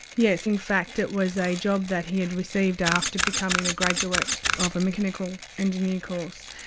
yes, in fact it was a job that he had received after becoming a graduate of a mechanical engineering course.